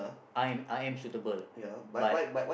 I'm I am suitable but